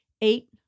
eight